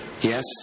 Yes